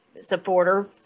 supporter